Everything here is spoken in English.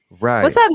Right